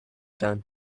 down